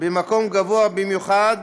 במקום גבוה במיוחד